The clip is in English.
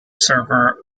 server